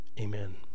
Amen